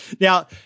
Now